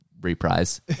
reprise